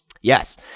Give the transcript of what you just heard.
Yes